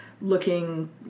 looking